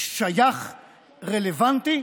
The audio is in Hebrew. שייך ורלוונטי,